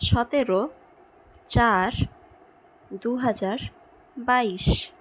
সতেরো চার দুহাজার বাইশ